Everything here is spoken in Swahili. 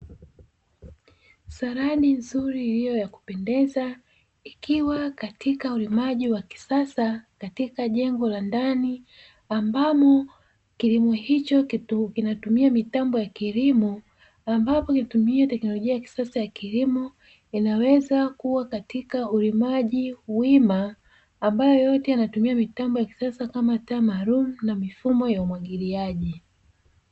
Saradi nzuri iliyo ya kupendeza ikiwa katika ulimaji wa kisasa katika jengo la ndani ambamo kilimo hicho kinatumia mitambo ya kilimo ambapo ikitumia teknolojia ya kisasa ya kilimo inaweza kuwa katika ulimaji wima ambayo yote yanatumia mitambo ya kisasa kama taa maalumu na mifumo ya umwagiliaji.